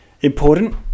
important